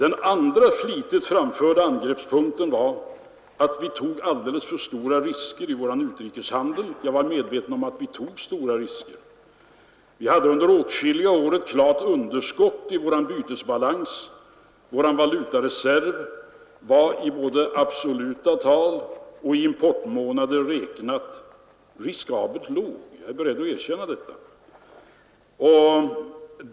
För det andra angrep man oss för att vi tog alldeles för stora risker i vår utrikeshandel. Jag var medveten om att vi tog stora risker. Vi hade under åtskilliga år ett klart underskott i vår bytesbalans. Vår valutareserv var både i absoluta tal och i importmånader räknat riskabelt låg — jag är beredd att erkänna det.